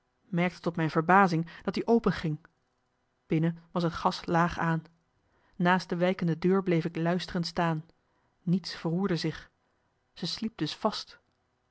merkte tot mijn verbazing dat i openging binnen was het gas laag aan naast de wijkende deur bleef ik luisterend staan niets verroerde zich ze sliep dus vast